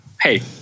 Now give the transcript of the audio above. hey